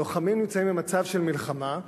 לוחמים נמצאים במצב של מלחמה,